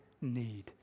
need